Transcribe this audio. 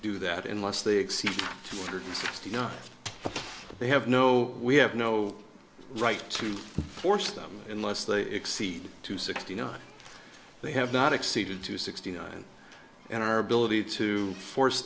do that unless they exceed two hundred fifty not they have no we have no right to force them unless they exceed to sixty nine they have not exceeded to sixty nine and our ability to force